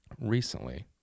recently